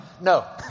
No